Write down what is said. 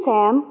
Sam